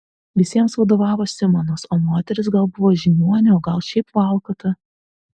visiems vadovavo simonas o moteris gal buvo žiniuonė o gal šiaip valkata